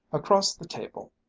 across the table,